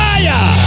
Fire